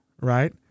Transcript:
right